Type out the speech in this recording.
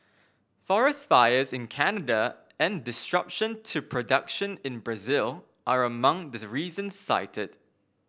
forest fires in Canada and disruption to production in Brazil are among the reasons cited